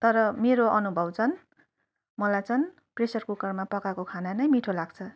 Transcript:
तर मेरो अनुभव चाहिँ मलाई चाहिँ प्रेसर कुकरमा पकाएको खाना नै मिठो लाग्छ